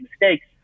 mistakes